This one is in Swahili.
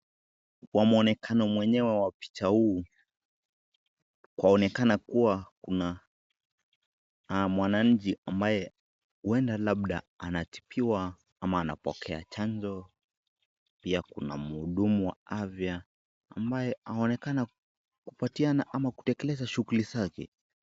kwa muoneokano mwenyewe wa picha huu, kwaonekana kuwa kuna mwananchi ambaye uenda labda anatibiwa ama anapokea chanjo, pia kuna mhudumu afya ambaye anaonekana kupatiana ama kutekeleza shughuli zake.